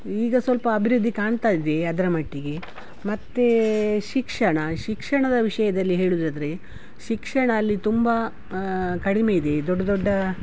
ಈಗ ಸ್ವಲ್ಪ ಅಭಿವೃದ್ಧಿ ಕಾಣ್ತಾ ಇದೆ ಅದರ ಮಟ್ಟಿಗೆ ಮತ್ತು ಶಿಕ್ಷಣ ಶಿಕ್ಷಣದ ವಿಷಯದಲ್ಲಿ ಹೇಳುವುದಾದ್ರೆ ಶಿಕ್ಷಣ ಅಲ್ಲಿ ತುಂಬ ಕಡಿಮೆ ಇದೆ ದೊಡ್ಡ ದೊಡ್ಡ